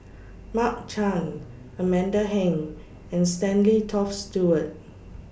Mark Chan Amanda Heng and Stanley Toft Stewart